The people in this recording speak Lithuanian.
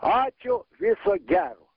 ačiū viso gero